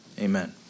amen